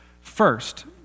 First